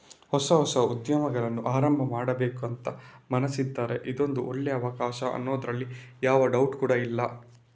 ಹೊಸ ಹೊಸ ಉದ್ಯಮಗಳನ್ನ ಆರಂಭ ಮಾಡ್ಬೇಕು ಅಂತ ಮನಸಿದ್ರೆ ಇದೊಂದು ಒಳ್ಳೇ ಅವಕಾಶ ಅನ್ನೋದ್ರಲ್ಲಿ ಯಾವ ಡೌಟ್ ಕೂಡಾ ಇಲ್ಲ